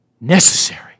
Necessary